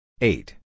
Eight